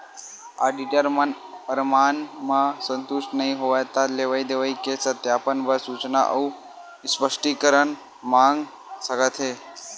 auditor मन परमान म संतुस्ट नइ होवय त लेवई देवई के सत्यापन बर सूचना अउ स्पस्टीकरन मांग सकत हे